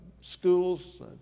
schools